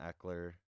Eckler